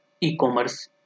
e-commerce